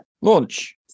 launch